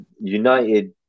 United